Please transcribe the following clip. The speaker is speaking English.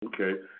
Okay